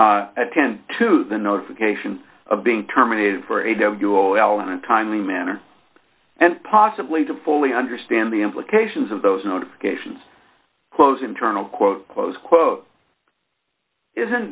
of attend to the notification of being terminated for a w o l in a timely manner and possibly to fully understand the implications of those notifications close internal quote close quote isn't